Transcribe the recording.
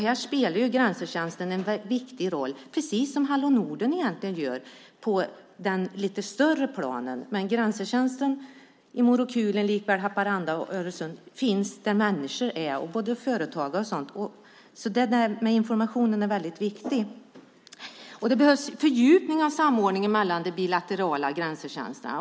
Här spelar Grensetjänsten en viktig roll, precis som Hallå Norden gör på ett lite större plan. Men Grensetjänsten i Morokulien likväl som i Haparanda och Öresund finns där människor och företagare är. Informationen är alltså mycket viktig. Det behövs en fördjupad samordning av de bilaterala grensetjänsterna.